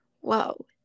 Whoa